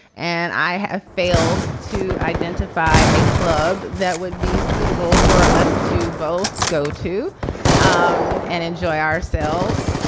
and i have failed to identify a club that would be suitable for us to both go to um and enjoy ourselves.